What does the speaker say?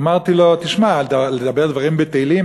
אמרתי לו: תשמע, לדבר דברים בטלים?